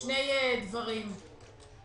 שזה יובא לוועדה לא יאוחר מחודש מתחילת שנת הכספים.